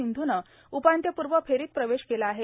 सिंध्नं उपान्त्यपूर्व फेरीत प्रवेश केला आहे